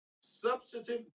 substantive